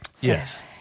Yes